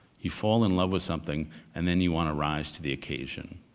you fall in love with something and then you want to rise to the occasion.